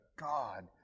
God